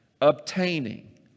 obtaining